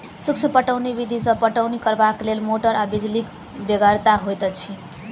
सूक्ष्म पटौनी विधि सॅ पटौनी करबाक लेल मोटर आ बिजलीक बेगरता होइत छै